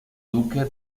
duque